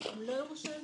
הם לא ירושלמים.